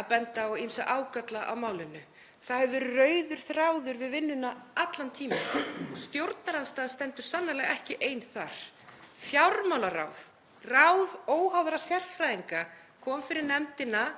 að benda á ýmsa ágalla á málinu. Það hefur verið rauður þráður við vinnuna allan tímann. Stjórnarandstaðan stendur sannarlega ekki ein þar. Fjármálaráð, ráð óháðra sérfræðinga, kom fyrir nefndina